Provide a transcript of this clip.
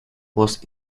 was